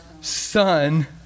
son